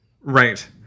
Right